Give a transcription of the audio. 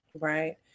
Right